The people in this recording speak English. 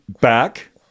back